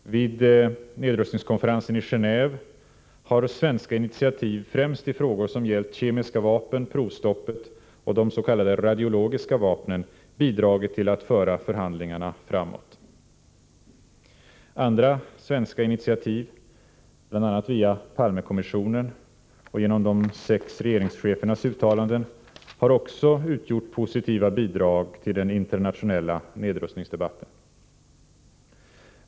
Vid nedrustningskonferensen i Gen&åve har svenska initiativ, främst i frågor som gällt kemiska vapen, provstoppet och de s.k. radiologiska vapnen, bidragit till att föra förhandlingarna framåt. Andra svenska initiativ, bl.a. via Palmekommissionen och genom de sex regeringschefernas uttalanden, har också utgjort positiva bidrag till den internationella nedrustningsdebatten.